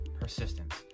persistence